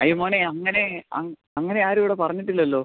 അയ്യേ മോനെ അങ്ങനെ അങ്ങനെ ആരും ഇവിടെ പറഞ്ഞിട്ടില്ലല്ലോ